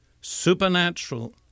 supernatural